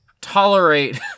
tolerate